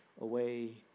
away